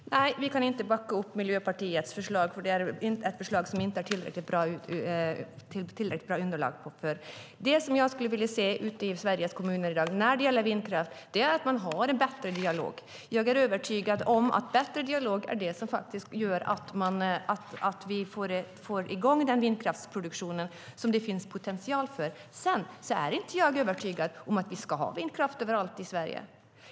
Herr talman! Nej, vi kan inte backa upp Miljöpartiets förslag, för det är ett förslag som inte har tillräckligt bra underlag. Det jag skulle vilja se ute i Sveriges kommuner i dag när det gäller vindkraft är att man har en bättre dialog. Jag är övertygad om att en bättre dialog är det som gör att vi får i gång den vindkraftsproduktion som det finns potential för. Sedan är inte jag övertygad om att vi ska ha vindkraft överallt i Sverige.